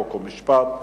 חוק ומשפט,